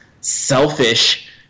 selfish